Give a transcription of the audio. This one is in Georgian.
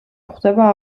გვხვდება